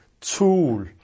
tool